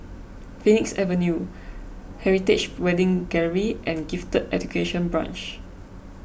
Phoenix Avenue Heritage Wedding Gallery and Gifted Education Branch